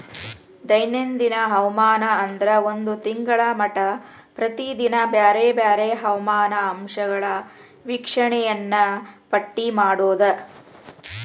ದೈನಂದಿನ ಹವಾಮಾನ ಅಂದ್ರ ಒಂದ ತಿಂಗಳ ಮಟಾ ಪ್ರತಿದಿನಾ ಬ್ಯಾರೆ ಬ್ಯಾರೆ ಹವಾಮಾನ ಅಂಶಗಳ ವೇಕ್ಷಣೆಯನ್ನಾ ಪಟ್ಟಿ ಮಾಡುದ